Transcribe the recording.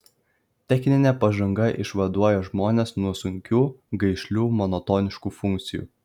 techninė pažanga išvaduoja žmones nuo sunkių gaišlių monotoniškų funkcijų